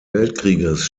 weltkrieges